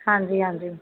ਹਾਂਜੀ ਹਾਂਜੀ